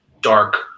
dark